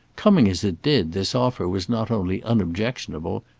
coming as it did, this offer was not only unobjectionable,